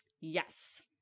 yes